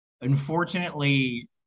unfortunately